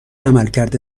عملکرد